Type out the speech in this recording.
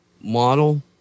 model